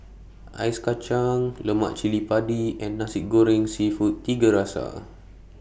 Ice Kachang Lemak Cili Padi and Nasi Goreng Seafood Tiga Rasa